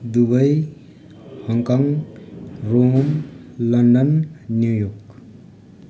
Dubai Hong Kong Rome London New York